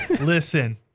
listen